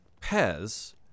Pez